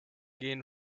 gehen